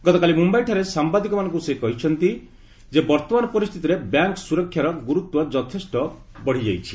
ଗତକାଲି ମୁମ୍ବାଇଠାରେ ସାମ୍ବାଦିକମାନଙ୍କୁ ସେ କହିଛନ୍ତି ଯେ ବର୍ତ୍ତମାନ ପରିସ୍ଥିତିରେ ବ୍ୟାଙ୍କ୍ ସୁରକ୍ଷାର ଗୁରୁତ୍ୱ ଯଥେଷ୍ଟ ବଢ଼ିଯାଇଛି